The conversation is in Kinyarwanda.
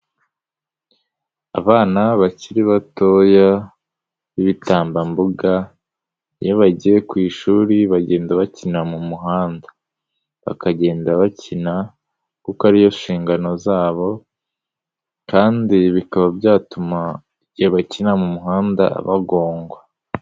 Abana bakiri batoya b'ibitambambuga iyo bagiye ku ishuri bagenda bakinira mu muhanda, bakagenda bakina kuko ari yo nshingano zabo kandi bikaba byatuma igihe bakinira mu muhanda bagongwa.